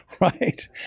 Right